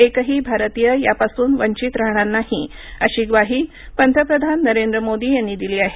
एकही भारतीय यापासून वंचित राहणार नाही अशी ग्वाही पंतप्रधान नरेंद्र मोदी यांनी दिली आहे